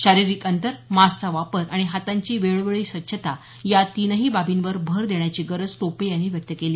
शारीरिक अंतर मास्कचा वापर आणि हातांची वेळोवेळी स्वच्छता या तीनही बाबींवर भर देण्याची गरज टोपे यांनी व्यक्त केली